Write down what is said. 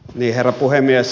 herra puhemies